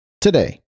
today